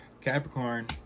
Capricorn